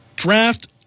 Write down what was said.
draft